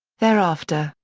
thereafter,